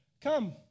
come